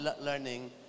learning